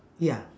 ya